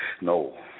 No